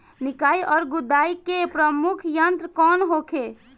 निकाई और गुड़ाई के प्रमुख यंत्र कौन होखे?